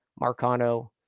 Marcano